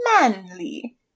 Manly